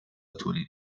تولید